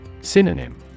Synonym